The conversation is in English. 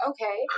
Okay